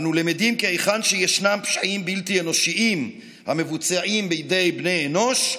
אנו למדים כי היכן שישנם פשעים בלתי אנושיים המבוצעים בידי בני אנוש,